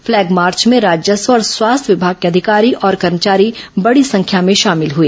flag march में राजस्व और स्वास्थ्य विभाग के अधिकारी और कर्मेचारी बडी संख्या में शामिल हुए